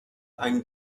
ein